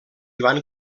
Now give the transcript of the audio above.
van